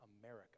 America